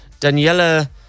Daniela